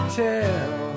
tell